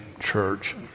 church